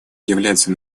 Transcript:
являются